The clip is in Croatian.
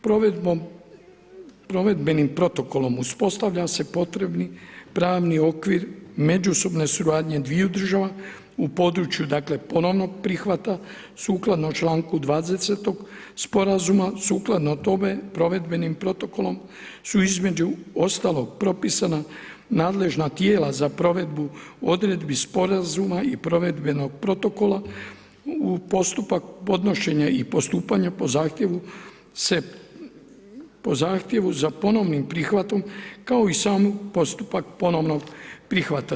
Provedbenim protokolom uspostavlja se potrebni pravni okvir međusobne suradnje dviju država, u području ponovnog prihvata sukladno članku 20. sporazuma sukladno o tome provedbenim protokolom su između ostalog propisana nadležna tijela za provedbu odredbi sporazuma i provedbenog protokola u postupak podnošenja i postupanja po zahtjevu za ponovnim prihvatom, kao i sam postupak ponovnog prihvata.